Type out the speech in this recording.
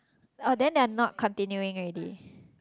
oh then they are not continuing already